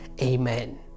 Amen